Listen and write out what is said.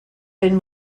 bin